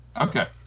Okay